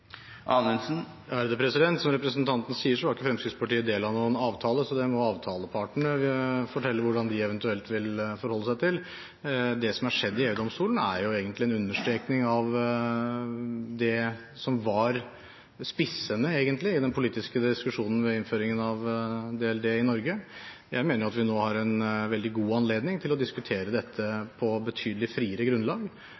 Som representanten sier, var ikke Fremskrittspartiet del av noen avtale, så det må avtalepartene fortelle hvordan de eventuelt vil forholde seg til. Det som har skjedd i EU-domstolen, er jo egentlig en understrekning av det som var spissende i den politiske diskusjonen ved innføringen av DLD i Norge. Jeg mener at vi nå har en veldig god anledning til å diskutere